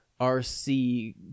RC